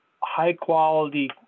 high-quality